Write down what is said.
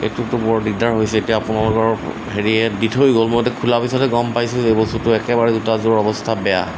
এইটোতো বৰ দিগদাৰ হৈছে এতিয়া আপোনালোকৰ হেৰিয়ে ইয়াত দি থৈ গ'ল মই এতিয়া খোলাৰ পিছতে গম পাইছোঁ এই বস্তুটো একেবাৰে দুযোৰ অৱস্থা বেয়া